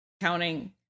counting